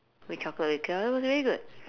with chocolate liqueur it was really good